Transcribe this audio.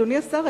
אדוני השר,